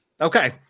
Okay